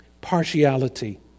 partiality